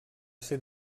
ser